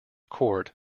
court